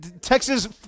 Texas